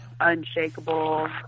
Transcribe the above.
unshakable